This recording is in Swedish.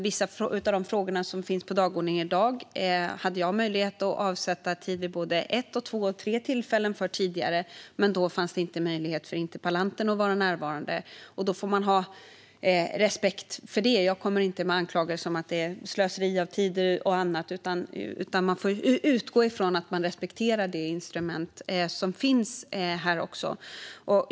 Vissa av de frågor som står på dagordningen i dag hade jag möjlighet att avsätta tid för vid såväl ett som två och tre tidigare tillfällen. Men då fanns det inte möjlighet för interpellanten att vara närvarande. Det får man ha respekt för. Jag kommer inte med anklagelser om att det är slöseri med tid och annat. Jag utgår från att man respekterar det instrument som finns.